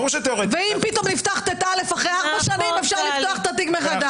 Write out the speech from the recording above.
ואם פתאום נפתח ט"א אחרי ארבע שנים אפשר לפתוח את התיק מחדש.